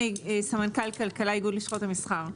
אני סמנכ"ל כלכלה באיגוד לשכות המסחר.